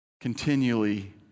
continually